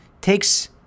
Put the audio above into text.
takes